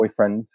boyfriends